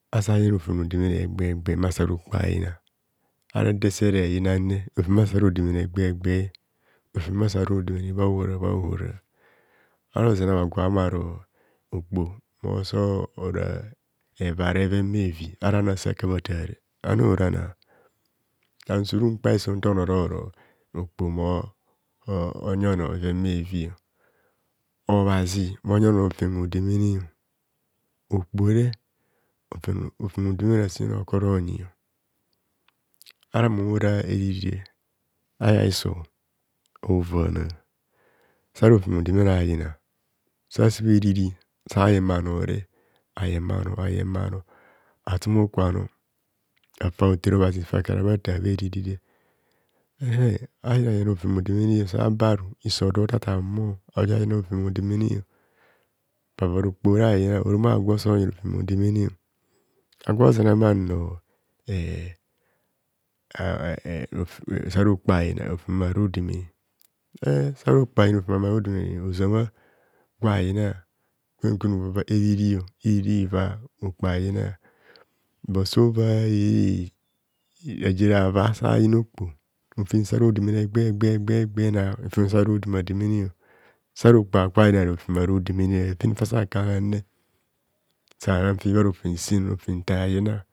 Asa yina rofem odemene egba o egba mmasa ra okpo ayina ara nta sara eyingre rofem asa rode mene egba’o egba rofem as rode mene bha hora bhahora ara zena mmaro okpoho mo so ra evave abheven bhevibhevi ara sa ka tare ani orana anum surun kpaiso nta onor ororo okpo mo mony i onor bheven bhevio obhazi monyi, onor no fem odemene okpohove rofem odemene asen okorounyi ava mum ora eche aya hiso a’ovana sara rofem odemene ayina sa sebha eriri sayen bhanore ayenhbenor ayenbhanor atumukwaru afa hotere obhazi fa kara bhata bharirire ehe ayina yina rofem hodemene sa baru isoode tarta bho aying rofem ode: mene apaulara okpohore ayina rofem odemene apavara okpohore ayina orom agwo osonyi, rofem odemene agwo orozena mmanor eheheh rofem sara okpo ayina rofem a’rodemene em sara okpoho a yina rofem a’marodemene ozoma gwa a’yina kwen kwen ova va iriri va iva okpo ayina bur so va eee raje rava sayina okpo rofem sa rodemene egba o egba egba egba na rofem sa rode ma demene sara okpo agba yina rofem aro demene bheven ba sa ka nanne sanan fe bharo fem sen rofem tie a yina